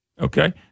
Okay